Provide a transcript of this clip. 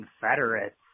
Confederates